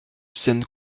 scène